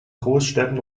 großstädten